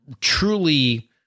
truly